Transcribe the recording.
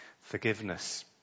forgiveness